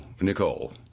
Nicole